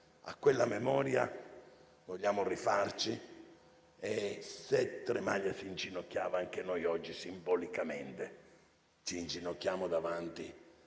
anni, ad essa vogliamo rifarci. Se Tremaglia si inginocchiava, anche noi oggi, simbolicamente, ci inginocchiano davanti